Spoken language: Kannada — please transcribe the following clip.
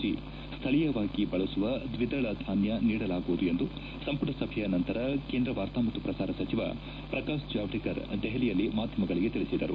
ಜಿ ಸ್ಥಳೀಯವಾಗಿ ಬಳಸುವ ದ್ವಿದಳ ಧಾನ್ಯ ನೀಡಲಾಗುವುದು ಎಂದು ಸಂಪುಟ ಸಭೆಯ ನಂತರ ಕೇಂದ್ರ ವಾರ್ತಾ ಮತ್ತು ಪ್ರಸಾರ ಸಚಿವ ಪ್ರಕಾಶ್ ಜಾವಡೇಕರ್ ದೆಹಲಿಯಲ್ಲಿ ಮಾಧ್ಯಮಗಳಿಗೆ ತಿಳಿಸಿದರು